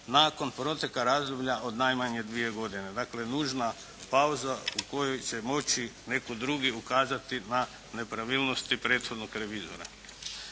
nakon proteka razdoblja od najmanje 2 godine. Dakle, nužna pauza u kojoj će moći netko drugi ukazati na nepravilnosti prethodnog revizora.